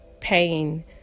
pain